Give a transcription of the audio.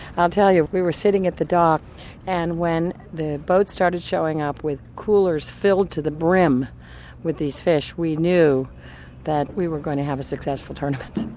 i'll tell you, we were sitting at the dock and when the boats started showing up with coolers filled to the brim with these fish, we knew that we were going to have a successful tournament.